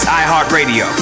iHeartRadio